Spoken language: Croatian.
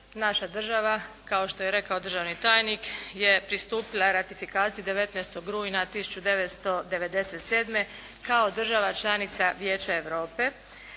naša država, kao što je rekao državni tajnik je pristupila ratifikaciji 19. rujna 1997. kao država članica Vijeća Europe.